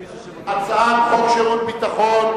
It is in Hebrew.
להצעת חוק שירות ביטחון